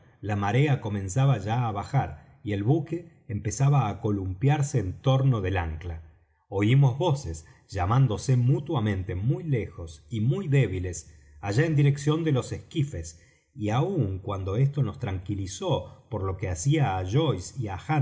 la marea comenzaba ya á bajar y el buque empezaba á columpiarse en torno del ancla oímos voces llamándose mutuamente muy lejos y muy débiles allá en dirección de los esquifes y aun cuando esto nos tranquilizó por lo que hacía á joyce